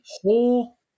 whole